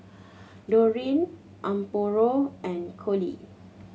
Dorine Amparo and Coley